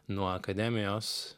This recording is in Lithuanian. nuo akademijos